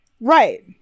Right